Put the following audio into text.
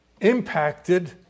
impacted